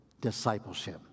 Discipleship